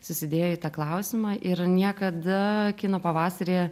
susidėjo į tą klausimą ir niekada kino pavasaryje